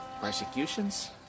persecutions